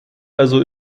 also